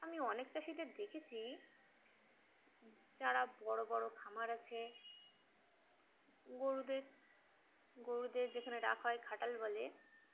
আমি অনেক চাষিদের দেখেছি যারা বড় বড় খামার আছে গরুদের গরুদের যেখানে রাখা হয় খাটাল বলে